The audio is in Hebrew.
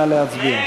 נא להצביע.